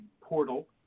portal